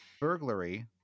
Burglary